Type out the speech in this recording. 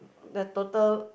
the total